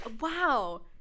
Wow